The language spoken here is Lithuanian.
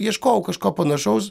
ieškojau kažko panašaus